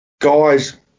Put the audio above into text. guys